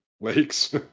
lakes